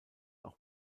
auch